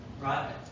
Right